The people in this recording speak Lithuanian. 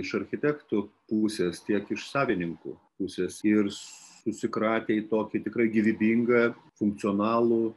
iš architektų pusės tiek iš savininkų pusės ir susikratė į tokį tikrai gyvybingą funkcionalų